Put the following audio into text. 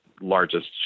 largest